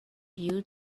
you